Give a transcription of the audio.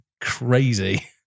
crazy